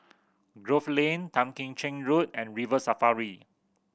Grove Lane Tan Kim Cheng Road and River Safari